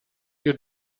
you